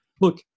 look